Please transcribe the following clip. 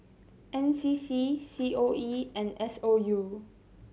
N C C C O E and S O U